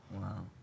Wow